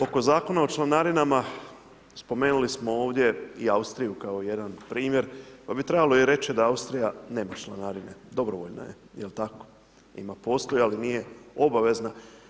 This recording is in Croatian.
Oko Zakona o članarinama spomenuli smo ovdje i Austriju kao jedan primjer pa bi trebalo i reći da Austrija nema članarine, dobrovoljna je, jel' tako, ima, postoji, ali nije obavezna.